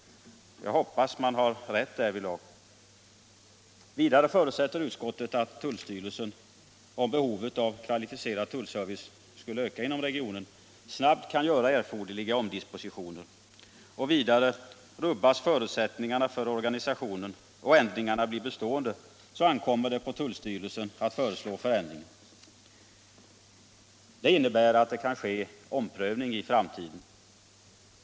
Jag hoppas att man har rätt därvidlag. Vidare förutsätter utskottet att tullstyrelsen — om behovet av kvalificerad tullservice skulle öka inom regionen — snabbt kan göra erforderliga omdispositioner. Och vidare: Rubbas förutsättningarna för organisationen och ändringarna blir bestående, ankommer det på tullstyrelsen att föreslå förändringar. Det innebär att det kan ske omprövning i framtiden.